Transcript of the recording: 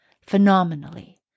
phenomenally